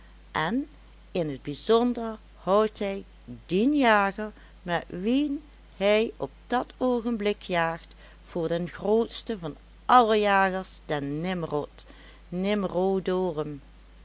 en in t bijzonder houdt hij dien jager met wien hij op dat oogenblik jaagt voor den grootsten van alle jagers den nimrod